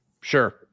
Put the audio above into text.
sure